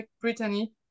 Brittany